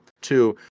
Two